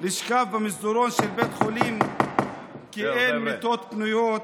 לשכב במסדרון של בית חולים כי אין מיטות פנויות,